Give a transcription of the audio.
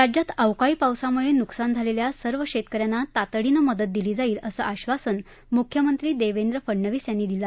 राज्यात अवकाळी पावसामुळे नुकसान झालेल्या सर्व शेतक यांना तातडीनं मदत दिली जाईल असं आश्वासनं मुख्यमंत्री देवेंद्र फडणवीस यांनी दिलं